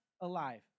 alive